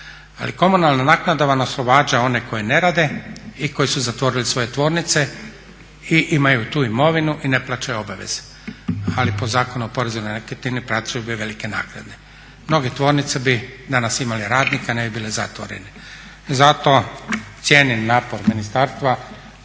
Ali komunalna naknada vam oslobađa one koji ne rade i koji su zatvorili svoje tvornice i imaju tu imovinu i ne plaćaju obaveze. Ali po Zakonu o porezu na nekretnine plaćali bi velike naknade. Mnoge tvornice bi danas imale radnike a ne bi bile zatvorene. Zato cijenim napor ministarstva